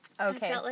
Okay